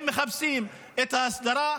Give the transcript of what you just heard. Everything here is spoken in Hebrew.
הם מחפשים את ההסדרה,